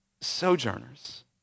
sojourners